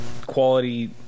quality